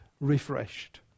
Refreshed